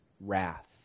wrath